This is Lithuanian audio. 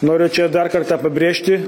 noriu čia dar kartą pabrėžti